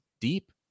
deep